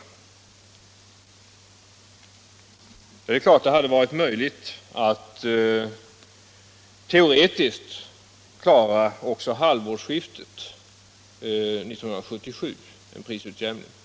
Det är klart att det teoretiskt hade varit möjligt att klara en prisutjämning till halvårsskiftet 1977.